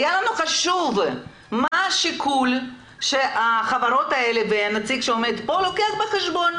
היה לנו חשוב מה השיקול שהחברות האלה והנציג שעומד פה לוקחים בחשבון.